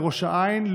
לראש העין,